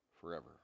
forever